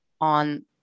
on